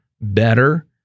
better